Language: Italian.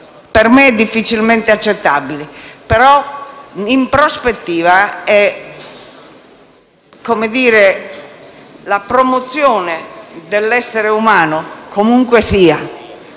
per me difficilmente accettabili, però, in prospettiva, è la promozione dell'essere umano comunque sia,